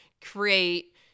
create